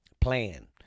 Plan